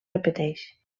repeteix